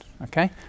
Okay